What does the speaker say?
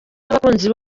n’abakunzi